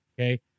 Okay